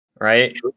right